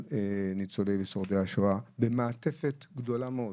ניצולי ושורדי השואה במעטפת גדולה מאוד.